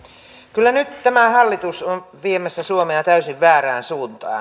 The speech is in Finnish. kyllä nyt tämä hallitus on viemässä suomea täysin väärään suuntaan